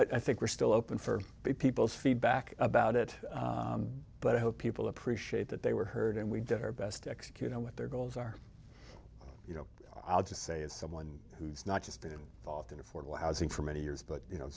i think we're still open for people's feedback about it but i hope people appreciate that they were heard and we did our best execute on what their goals are you know i'll just say as someone who's not just been fought in affordable housing for many years but you know